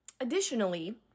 Additionally